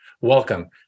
Welcome